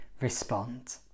respond